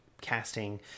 casting